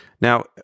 Now